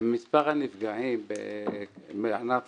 ומספר הנפגעים בענף